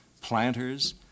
planters